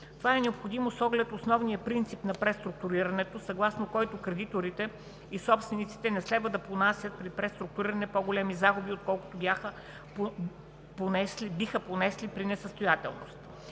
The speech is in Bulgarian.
Това е необходимо с оглед основния принцип на преструктурирането, съгласно който кредиторите и собствениците не следва да понасят при преструктуриране по-големи загуби, отколкото биха понесли при несъстоятелност.